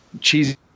cheesy